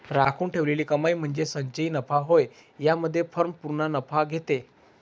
राखून ठेवलेली कमाई म्हणजे संचयी नफा होय यामध्ये फर्म पूर्ण नफा घेते